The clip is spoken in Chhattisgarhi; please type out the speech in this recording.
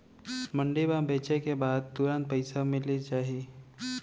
मंडी म बेचे के बाद तुरंत पइसा मिलिस जाही?